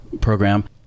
program